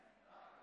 (הישיבה